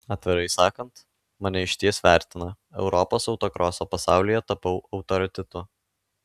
atvirai sakant mane išties vertina europos autokroso pasaulyje tapau autoritetu